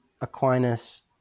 Aquinas